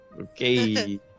Okay